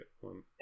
one